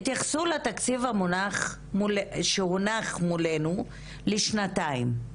התייחסו לתקציב שמונח מולנו לשנתיים.